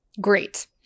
Great